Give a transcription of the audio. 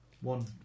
One